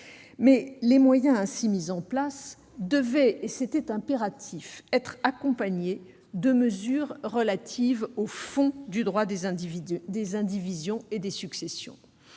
les moyens ainsi mis en place devaient impérativement être accompagnés de mesures relatives au fond du droit des indivisions et des successions.